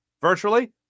virtually